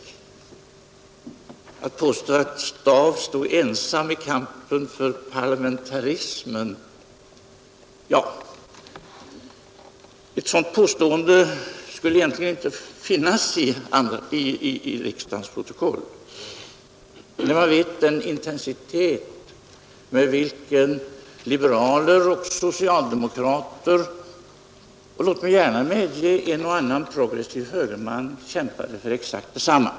Ett sådant påstående som att Staaff stod ensam i kampen för parlamentarismen borde egentligen inte finnas i riksdagens protokoll. Vi vet ju med vilken intensitet liberaler, socialdemokrater och — låt mig gärna medge det — en och annan progressiv högerman kämpade för exakt detsamma.